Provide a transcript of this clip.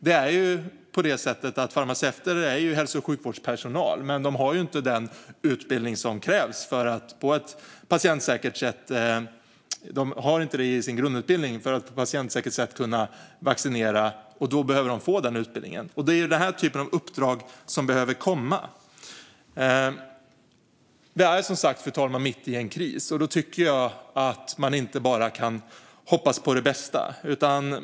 Det är ju på det sättet att farmaceuter är hälso och sjukvårdspersonal men att de i sin grundutbildning inte har det som krävs för att på ett patientsäkert sätt kunna vaccinera. Då behöver de få den utbildningen, och det är den typen av uppdrag som behöver komma. Fru talman! Vi är som sagt mitt i en kris, och då tycker jag inte att man bara kan hoppas på det bästa.